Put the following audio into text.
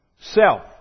Self